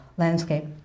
landscape